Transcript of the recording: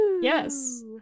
Yes